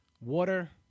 water